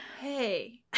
Hey